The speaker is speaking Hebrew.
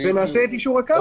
ונעשה את יישור הקו,